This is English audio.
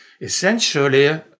Essentially